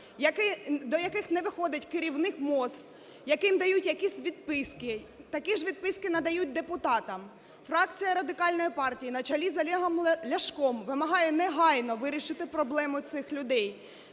до яких не виходить керівник МОЗ, яким дають якісь відписки. Такі ж відписки надають депутатам. Фракція Радикальної партії на чолі з Олегом Ляшком вимагає негайно вирішити проблеми цих людей,